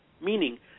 Meaning